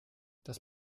das